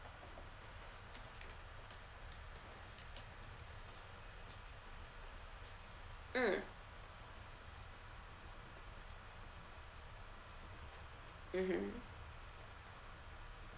mm mmhmm